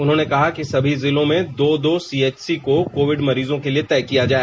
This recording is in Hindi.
उन्होंने कहा कि सभी जिलों में दो दो सीएचसी को कोविड मरीजों के लिए तय किया जाए